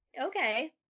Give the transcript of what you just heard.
Okay